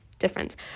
difference